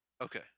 Okay